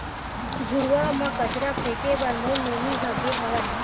घुरूवा म कचरा फेंके बर मोर नोनी ह गे हावय